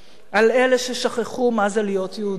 על אלה ששכחו מה זה להיות יהודים.